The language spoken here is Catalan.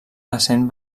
essent